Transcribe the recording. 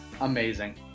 Amazing